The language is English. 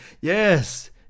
Yes